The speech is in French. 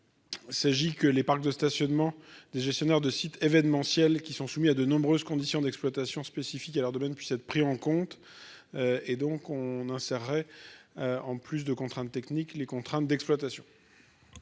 il. S'agit que les parcs de stationnement des gestionnaires de sites événementiels qui sont soumis à de nombreuses conditions d'exploitation spécifique à leur domaine puissent être pris en compte et donc on en serait en plus de contraintes techniques, les contraintes d'exploitation.